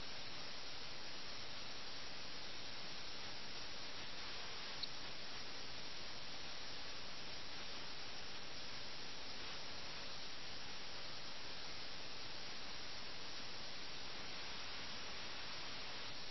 അതിനാൽ ഒരു ആലങ്കാരിക തലത്തിൽ നിന്നും നമ്മൾ ഒരു യഥാർത്ഥ തലത്തിലേക്ക് എത്തി അവിടെ പ്രഭുക്കന്മാരുടെ യഥാർത്ഥ ജീവിതത്തിൽ അവരുടെ സുഖഭോഗങ്ങളോടുള്ള അഭിനിവേശവും ചെസ്സ് കളിയോടുള്ള അഭിനിവേശവും കാരണം അവരുടെ യഥാർത്ഥ ജീവിതത്തിൽ സ്വാധീനം ചെലുത്തുന്നു